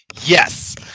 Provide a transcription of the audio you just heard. yes